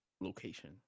location